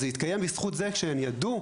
זה התקיים בזכות זה שהן ידעו,